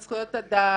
על זכויות אדם,